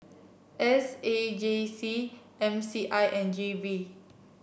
S A J C M C I and G V